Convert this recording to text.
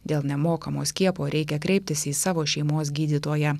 dėl nemokamo skiepo reikia kreiptis į savo šeimos gydytoją